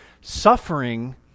suffering